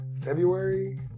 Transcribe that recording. February